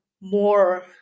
more